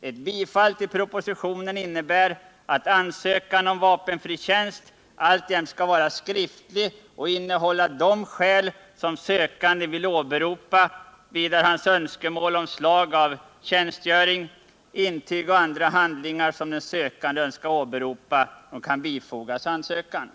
Ett bifall till propositionen innebär att ansökan om vapenfri tjänst alltjämt skall vara skriftlig och innehålla de skäl som sökanden vill åberopa samt hans önskemål om slag av tjänstgöring; intyg och andra handlingar som den sökande önskar åberopa kan bifogas ansökningen.